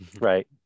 right